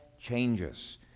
changes